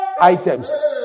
items